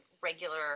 regular